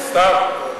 סתיו,